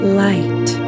light